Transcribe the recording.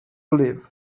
live